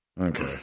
Okay